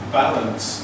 balance